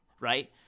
right